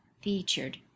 featured